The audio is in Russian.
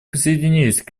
присоединились